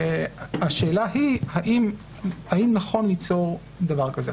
השאלה היא האם נכון ליצור דבר כזה?